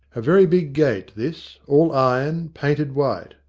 a very big gate, this, all iron, painted white.